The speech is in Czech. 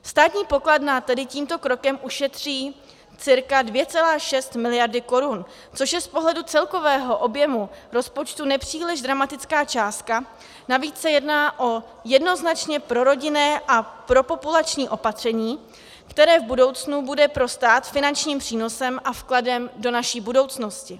Státní pokladna tedy tímto krokem ušetří cca 2,6 mld. korun, což je z pohledu celkového objemu rozpočtu nepříliš dramatická částka, navíc se jedná o jednoznačně prorodinné a propopulační opatření, které v budoucnu bude pro stát finančním přínosem a vkladem do naší budoucnosti.